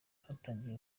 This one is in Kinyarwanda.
hatangiye